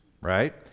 right